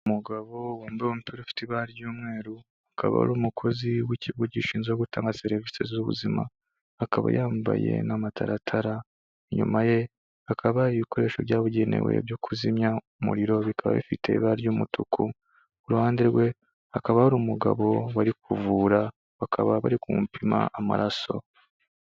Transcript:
Umugabo wambaye umupira ufite ibara ry'umweru, akaba ari umukozi w'ikigo gishinzwe gutanga serivisi z'ubuzima, akaba yambaye n'amataratara. Inyuma ye hakaba hari ibikoresho byabugenewe byo kuzimya umuriro, bikaba bifite ibara ry'umutuku, ku ruhande rwe hakaba hari umugabo bari kuvura, bakaba bari kumupima amaraso.